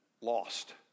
lost